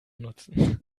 nutzen